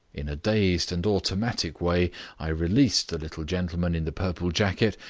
in a dazed and automatic way i released the little gentleman in the purple jacket,